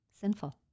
sinful